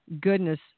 goodness